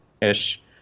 ish